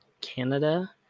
Canada